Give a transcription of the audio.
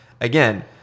Again